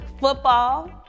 football